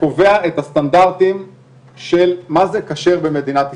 שקובע את הסטנדרטים של מה זה כשר במדינת ישראל.